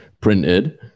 printed